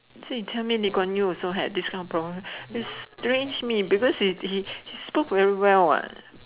so you tell me Lee-Kuan-Yew also have this kind of problem it's strange me because he he spoke very well what